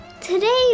today